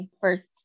first